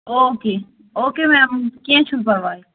او کے okay ma'am کیٚنٛہہ چھُنہٕ پَرواے